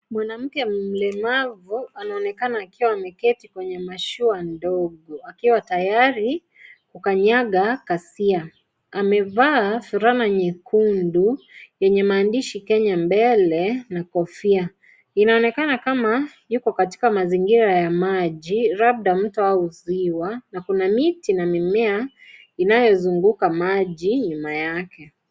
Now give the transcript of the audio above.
Mwanamke mlemavu anaonekana ameketi kwenye mashua ndogo akiwa tayari kukanyaga Kasia. Amevaa fulana nyekundu, yenye maandishi Kenya mbele, na kofia. Inaonekana kama, yupo katika mazingira ya maji labda mto au ziwa, na kuna miti na mimea inayozunguka maji nyuma yake.